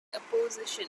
opposition